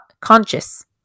conscious